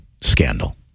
scandal